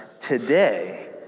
today